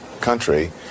country